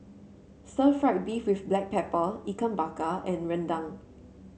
Stir Fried Beef with Black Pepper Ikan Bakar and rendang